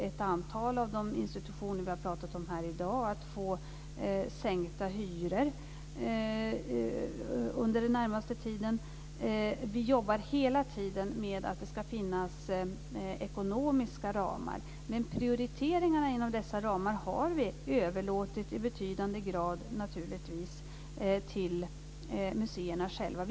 Ett antal av de institutioner vi har pratat om här i dag kommer att få sänkta hyror under den närmaste tiden. Vi jobbar hela tiden med att det ska finnas ekonomiska ramar. Men prioriteringarna inom dessa ramar har vi i betydande grad överlåtit åt museerna själva.